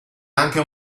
anche